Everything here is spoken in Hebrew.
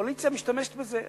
הקואליציה משתמשת בזה.